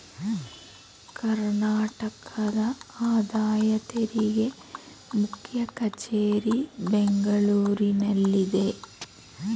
ಕರ್ನಾಟಕದ ಆದಾಯ ತೆರಿಗೆ ಮುಖ್ಯ ಕಚೇರಿ ಬೆಂಗಳೂರಿನಲ್ಲಿದೆ